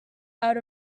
out